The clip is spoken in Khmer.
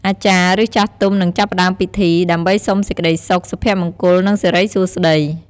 អាចារ្យ ឬចាស់ទុំនឹងចាប់ផ្តើមពិធី ដើម្បីសុំសេចក្តីសុខ សុភមង្គល និងសិរីសួស្តី។